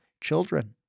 Children